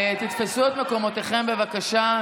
תפסו את מקומותיכם, בבקשה.